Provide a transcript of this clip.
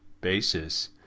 basis